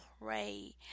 pray